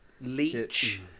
Leech